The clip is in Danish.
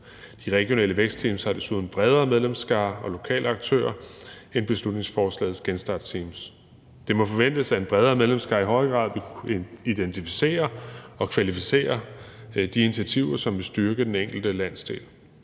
De regionale vækstteams har desuden en bredere medlemsskare og flere lokale aktører end beslutningsforslagets genstartsteam. Det må forventes, at en bredere medlemsskare i højere grad vil kunne identificere og kvalificere de initiativer, som vil styrke den enkelte landsdel.